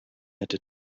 into